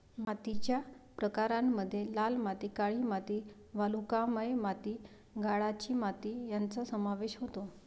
मातीच्या प्रकारांमध्ये लाल माती, काळी माती, वालुकामय माती, गाळाची माती यांचा समावेश होतो